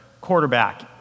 quarterback